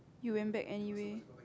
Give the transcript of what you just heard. you went back anyway